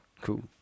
cool